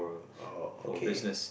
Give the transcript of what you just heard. oh okay